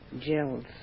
gels